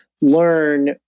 learn